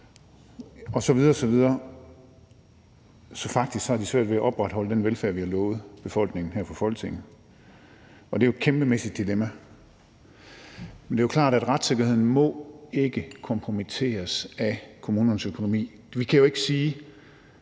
osv. osv. Så de har faktisk svært ved at opretholde den velfærd, vi har lovet befolkningen her i Folketinget, og det er jo et kæmpemæssigt dilemma. Men det er jo klart, at retssikkerheden ikke må kompromitteres på grund af kommunernes økonomi. Vi kan jo ikke sige